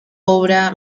obra